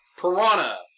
Piranha